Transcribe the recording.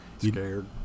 Scared